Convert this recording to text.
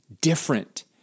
different